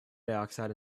dioxide